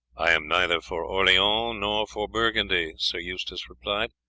i am neither for orleans nor for burgundy, sir eustace replied.